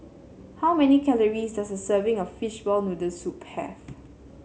how many calories does a serving of Fishball Noodle Soup have